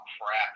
crap